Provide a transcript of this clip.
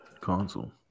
console